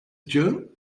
june